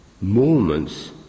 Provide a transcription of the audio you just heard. moments